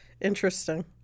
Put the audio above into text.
Interesting